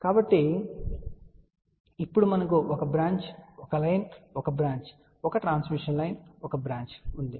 కాబట్టి ఇప్పుడు మనకు ఒక బ్రాంచ్ ఒక లైన్ ఒక బ్రాంచ్ ఒక ట్రాన్స్మిషన్ లైన్ ఒక బ్రాంచ్ ఉంది